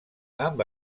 amb